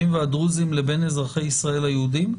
והדרוזים לבין אזרחי ישראל היהודים?